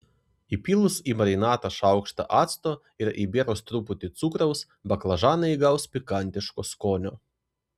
įpylus į marinatą šaukštą acto ir įbėrus truputį cukraus baklažanai įgaus pikantiško skonio